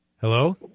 Hello